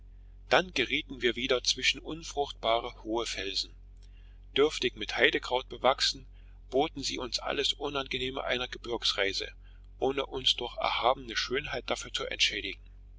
dann gerieten wir wieder zwischen unfruchtbare hohe felsen dürftig mit heidekraut bewachsen boten sie uns alles unangenehme einer gebirgsreise ohne uns durch erhabenen schönheit dafür zu entschädigen